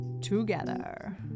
together